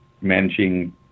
managing